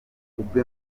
kubwe